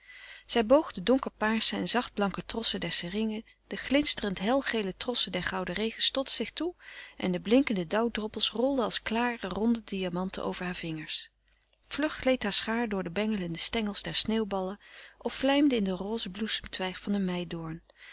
zij boog de donkerpaarse en zachtblanke trossen der seringen de glinsterend helgele trossen der goude regens tot zich toe en de blinkende dauwdroppelen rolden als klare ronde diamanten over hare vingers vlug gleed hare schaar door de bengelende stengels der sneeuwballen of vlijmde in de roze bloesemtwijg van een meidoorn